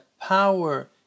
power